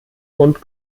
und